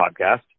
podcast